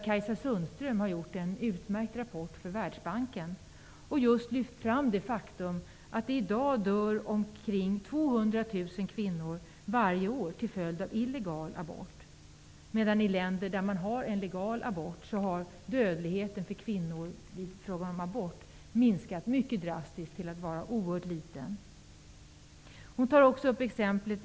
Kajsa Sundström har gjort en utmärkt rapport för Världsbanken, och hon har där lyft fram just det faktum att det i dag dör omkring 200 000 kvinnor varje år till följd av illegal abort. I länder där man har legal abort har dödligheten bland kvinnor minskat mycket drastiskt och är nu oerhört låg. Hon tar Rumänien som exempel.